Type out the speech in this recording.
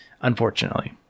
unfortunately